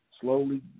slowly